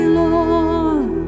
lord